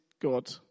God